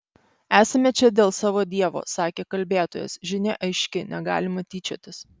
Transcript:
esame čia dėl savo dievo sakė kalbėtojas žinia aiški negalima tyčiotis